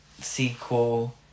sequel